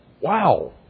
Wow